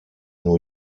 new